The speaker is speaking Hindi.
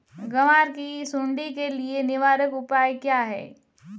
ग्वार की सुंडी के लिए निवारक उपाय क्या है?